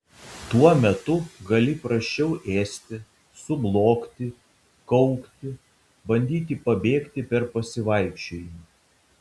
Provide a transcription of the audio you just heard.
tuo metu gali prasčiau ėsti sublogti kaukti bandyti pabėgti per pasivaikščiojimą